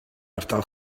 ardal